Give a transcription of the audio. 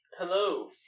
Hello